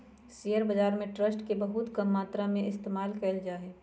share बाजार में trust के बहुत कम मात्रा में इस्तेमाल कइल जा हई